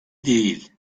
değil